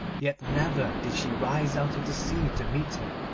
yet never did she rise out of the sea to meet him,